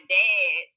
dad